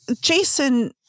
Jason